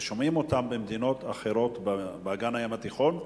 ושומעים אותן במדינות אחרות באגן הים התיכון.